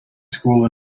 school